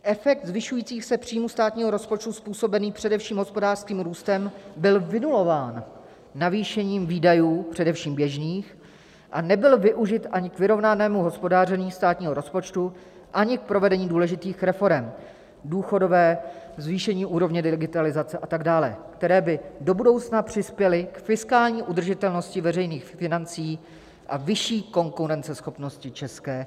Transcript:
Efekt zvyšujících se příjmů státního rozpočtu způsobený především hospodářským růstem byl vynulován navýšením výdajů především běžných a nebyl využit ani k vyrovnanému hospodaření státního rozpočtu, ani k provedení důležitých reforem, důchodové, zvýšení úrovně digitalizace a tak dále, které by do budoucna přispěly k fiskální udržitelnosti veřejných financí a vyšší konkurenceschopnosti ČR.